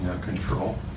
control